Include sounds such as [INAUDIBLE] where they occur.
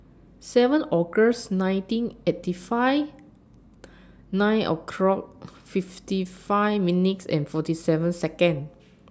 seven August nineteen eighty five [NOISE] nine o'clock fifty five minutes and forty seven Seconds